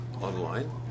online